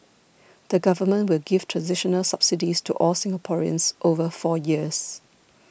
the Government will give transitional subsidies to all Singaporeans over four years